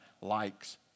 likes